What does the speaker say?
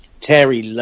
Terry